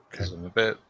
Okay